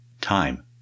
Time